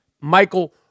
Michael